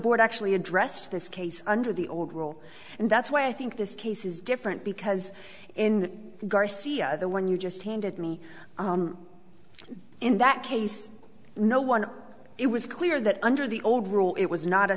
board actually addressed this case under the old rule and that's why i think this case is different because in garcia the one you just handed me in that case no one it was clear that under the old rule it was not a